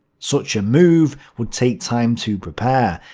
such a move would take time to prepare,